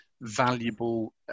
valuable